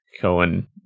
Cohen